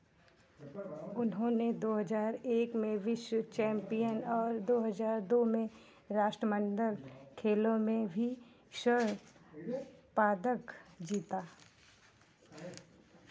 उन्होंने दो हज़ार एक में विश्व चैंपियन और दो हज़ार दो में राष्ट्रमंडल खेलों में भी स्वर्ण पदक जीता